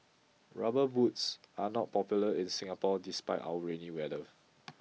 rubber boots are not popular in Singapore despite our rainy weather